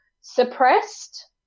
suppressed